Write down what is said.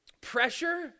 pressure